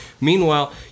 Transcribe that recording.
Meanwhile